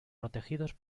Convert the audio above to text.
protegidos